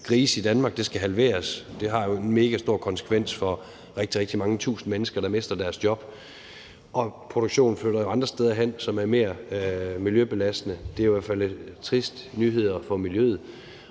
grise, i Danmark, det skal halveres. Det har jo en megastor konsekvens for rigtig, rigtig mange tusind mennesker, der mister deres job. Og produktionen flytter andre steder hen, hvor den er mere miljøbelastende. Det er i hvert fald triste nyheder for miljøet.